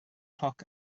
cloc